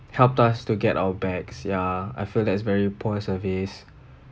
helped us to get our bags ya I feel that is very poor service